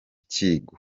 kigo